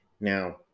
Now